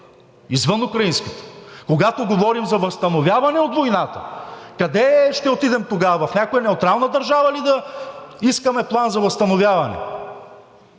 извън украинските. Когато говорим за възстановяване от войната, къде ще отидем тогава? В някоя неутрална държава ли да искаме План за възстановяване?